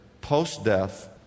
post-death